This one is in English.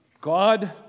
God